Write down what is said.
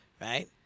right